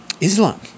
Islam